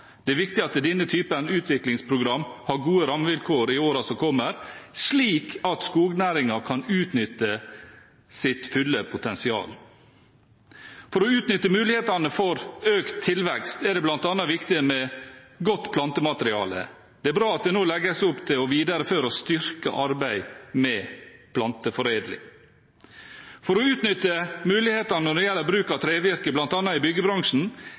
Det er viktig at denne typen utviklingsprogram har gode rammevilkår i årene som kommer, slik at skognæringen kan utnytte sitt fulle potensial. For å utnytte mulighetene for økt tilvekst er det bl.a. viktig med godt plantemateriale. Det er bra at det nå legges opp til å videreføre og styrke arbeid med planteforedling. For å utnytte mulighetene når det gjelder bruk av trevirke bl.a. i byggebransjen,